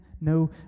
no